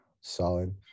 solid